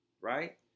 right